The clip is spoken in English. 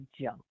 junk